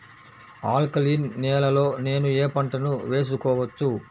Alkaline నేలలో నేనూ ఏ పంటను వేసుకోవచ్చు?